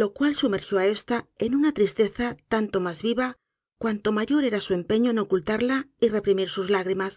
lo cual sumergió á esta en una tristeza tanto mas viva cuanto mayor era su empeño en ocultarla y reprimir sus lágrimas